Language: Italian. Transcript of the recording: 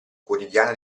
quotidiana